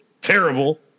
Terrible